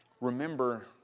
Remember